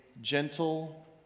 gentle